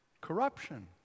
corruption